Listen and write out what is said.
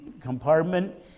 compartment